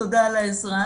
תודה על העזרה,